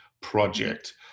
project